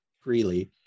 freely